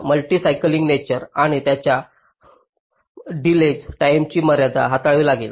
multi cycling nature आणि त्यांना आरामशीर टाईमची मर्यादा हाताळावी लागेल